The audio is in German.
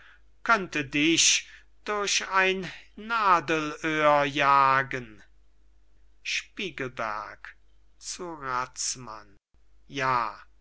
könnte dich durch ein nadelöhr jagen spiegelberg zu razmann ja